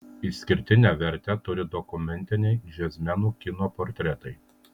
išskirtinę vertę turi dokumentiniai džiazmenų kino portretai